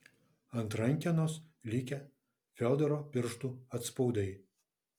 ant rankenos likę fiodoro pirštų atspaudai